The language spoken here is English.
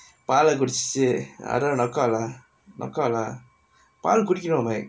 பாலு குடிச்சுட்டு:paalu kudichittu I gonna knock out lah knock out lah பால் குடிக்கனும்:paal kudikanum mike